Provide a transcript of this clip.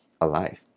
alive